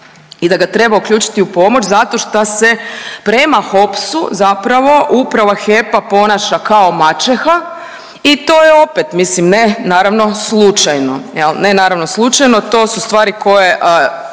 i da ga treba uključiti u pomoć zato što se prema HOPS-u zapravo uprava HEP-a ponaša kao maćeha i to je opet mislim ne naravno slučajno jel. Ne naravno slučajno. To su stvari se